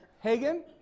Hagen